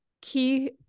key